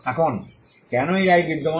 এখন কেন এই রাইট বিদ্যমান